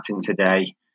today